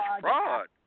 fraud